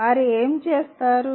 వారు ఏమి చేస్తారు